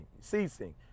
ceasing